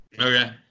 Okay